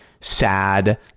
sad